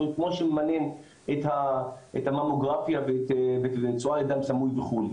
כמו שממנים את הממוגרפיה וצואה לדם סמוי וכו'.